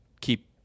keep